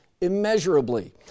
immeasurably